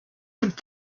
could